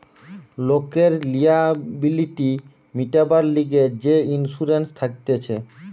লোকের লিয়াবিলিটি মিটিবার লিগে যে ইন্সুরেন্স থাকতিছে